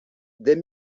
des